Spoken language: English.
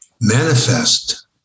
manifest